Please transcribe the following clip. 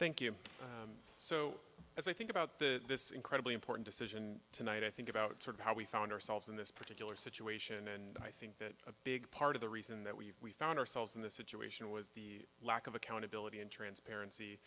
thank you so as i think about the this incredibly important decision tonight i think about sort of how we found ourselves in this particular situation and i think that a big part of the reason that we we found ourselves in this situation was the lack of accountability and transparency